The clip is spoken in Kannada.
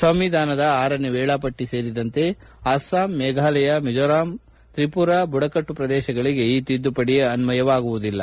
ಸಂವಿಧಾನದ ಆರನೇ ವೇಳಾಪಟ್ಟಿ ಸೇರಿದಂತೆ ಅಸ್ಲಾಂ ಮೇಘಾಲಯ ಮಿಜೋರಾಂ ಅಥವಾ ತ್ರಿಪುರ ಬುಡಕಟ್ಟು ಪ್ರದೇಶಗಳಿಗೆ ಈ ತಿದ್ದುಪಡಿ ಅನ್ವಿಯಿಸುವುದಿಲ್ಲ